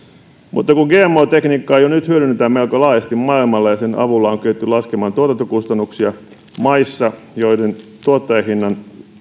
mutta kun gmo tekniikkaa jo nyt hyödynnetään melko laajasti maailmalla ja sen avulla on kyetty laskemaan tuotantokustannuksia maissa joiden tuottajahinnat